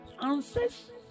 answers